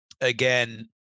again